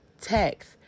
text